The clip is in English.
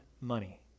money